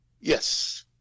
yes